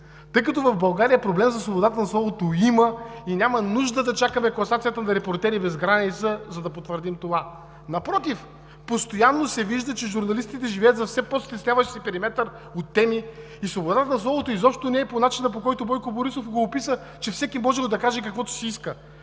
Тъй като в България проблем за свободата на словото има и няма нужда да чакаме класацията на „Репортери без граници“, за да потвърдим това. Напротив, постоянно се вижда, че журналистите живеят във все по-стесняващия се периметър от теми и свободата на словото изобщо не е по начина, по който го описа Бойко Борисов, че всеки можел да каже каквото си иска.